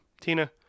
Tina